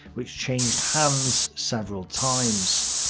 which changed hands several times.